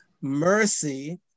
mercy